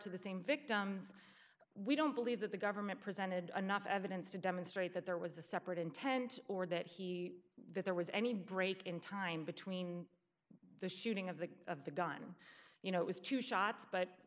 to the same victims we don't believe that the government presented enough evidence to demonstrate that there was a separate intent or that he that there was any break in time between the shooting of the of the gun you know it was two shots but